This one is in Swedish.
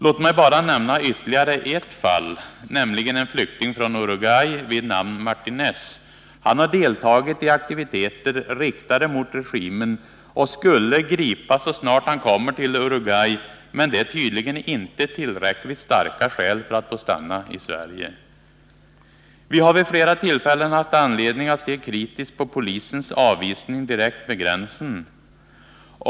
Låt mig bara nämna ytterligare ett fall, nämligen en flykting från Uruguay vid namn Martinez. Han har deltagit i aktiviteter riktade mot regimen och skulle gripas så snart han kom till Uruguay, men det är tydligen inte tillräckligt starka skäl för att få stanna i Sverige. Vi har vid flera tillfällen haft anledning att se kritiskt på polisens avvisning direkt vid gränsen.